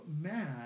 mad